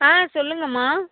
ஆ சொல்லுங்கம்மா